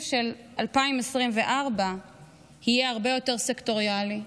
של 2024 יהיה הרבה יותר סקטוריאלי,